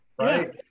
right